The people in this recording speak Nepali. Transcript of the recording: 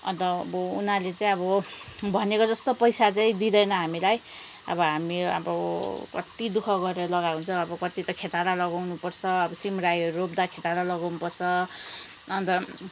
अन्त अब उनीहरूले चाहिँ अब भनेको जस्तो पैसा चाहिँ दिँदैन हामीलाई अब हामी अब कति दुःख गरेर लगाएको हुन्छ कति त खेताला लगाउनुपर्छ अब सिमरायोहरू रोप्दा खेताला लगाउनुपर्छ अन्त